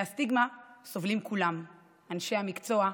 מהסטיגמה סובלים כולם: אנשי המקצוע,